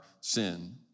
sin